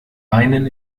beinen